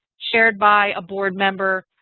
chaired by a board member.